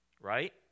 Right